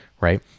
Right